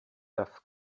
das